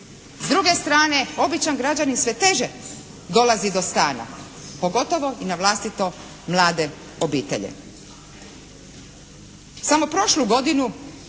S druge strane običan građanin sve teže dolazi do stana, pogotovo i navlastito mlade obitelji.